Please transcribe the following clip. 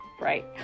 right